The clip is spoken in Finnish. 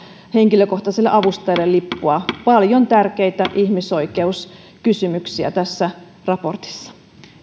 henkilökohtaiselle avustajalle lippua paljon tärkeitä ihmisoikeuskysymyksiä tässä raportissa